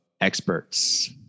experts